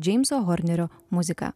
džeimso hornerio muzika